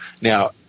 Now